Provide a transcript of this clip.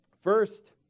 First